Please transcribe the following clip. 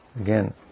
again